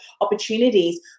opportunities